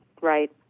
Right